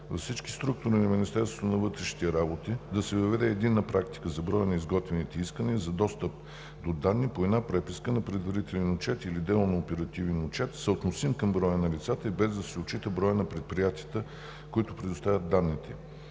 Във всички структури на Министерството на вътрешните работи да се въведе единна практика за броя на изготвяните искания за достъп до данни по една преписка на предварителен отчет или дело на оперативен отчет, съотносим към броя на лицата и без да се отчита броят на предприятията, които предоставят данните.